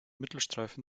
mittelstreifen